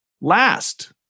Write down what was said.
last